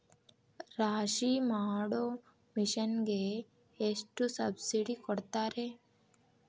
ರಾಶಿ ಮಾಡು ಮಿಷನ್ ಗೆ ಎಷ್ಟು ಸಬ್ಸಿಡಿ ಕೊಡ್ತಾರೆ?